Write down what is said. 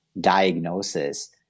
diagnosis